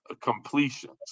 completions